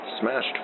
Smashed